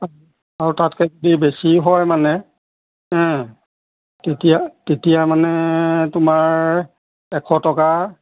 আৰু তাতকৈ যদি বেছি হয় মানে তেতিয়া তেতিয়া মানে তোমাৰ এশ টকা